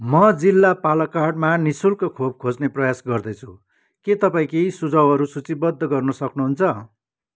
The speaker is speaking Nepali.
म जिल्ला पालक्काडमा नि शुल्क खोप खोज्ने प्रयास गर्दैछु के तपाईँँ केहि सुझाउहरू सूचीबद्ध गर्न सक्नुहुन्छ